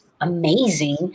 amazing